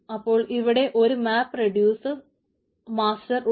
അപ്പോൾ ഇവിടെ ഒരു മാപ്പ് റെസ്യൂസ് മാസ്റ്റർ ഉണ്ട്